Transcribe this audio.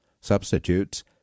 Substitutes